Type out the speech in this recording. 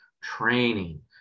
training